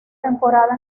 temporada